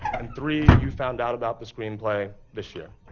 and three you found out about the screenplay this year.